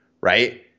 Right